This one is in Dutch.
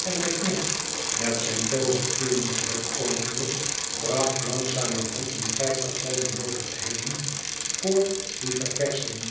en de knecht met zijn tooverkluwen terugkomende bracht langzamerhand een vijftigtal benoodigdheden voor die verversching